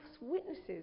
witnesses